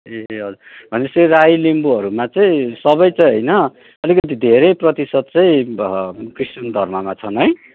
ए हजुर भनेपछि राई लिम्बुहरूमा चाहिँ सबै चाहिँ होइन अलिकति धेरै प्रतिशत चाहिँ क्रिस्चियन धर्ममा छन् है